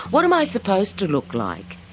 what am i supposed to look like?